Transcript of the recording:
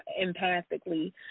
empathically